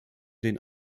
den